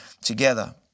together